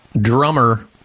drummer